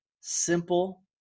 Simple